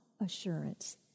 assurance